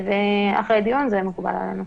אחרי דיון זה מקובל עלינו.